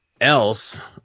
else